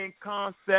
concept